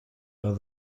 are